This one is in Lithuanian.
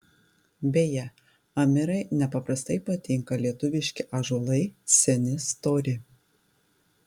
beje amirai nepaprastai patinka lietuviški ąžuolai seni stori